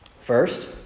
First